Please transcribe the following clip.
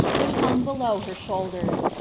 which hung below her shoulders,